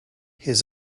his